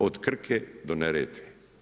Od Krke do Neretve.